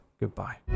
goodbye